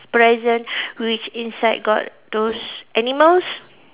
present which inside got those animals